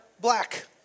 black